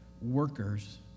workers